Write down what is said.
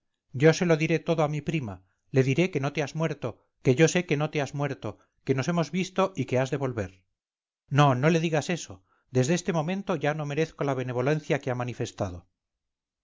yo se lo diré todo a mi prima le diré que no te has muerto que yo sé que no te has muerto que nos hemos visto y que has de volver no no le digas eso desde este momento ya no merezco la benevolencia que ha manifestado